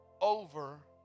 over